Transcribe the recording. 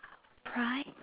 half pri~